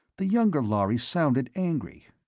the younger lhari sounded angry.